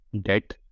debt